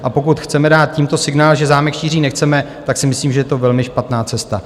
A pokud chceme dát tímto signál, že zámek Štiřín nechceme, tak si myslím, že je to velmi špatná cesta.